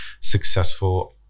successful